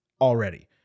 already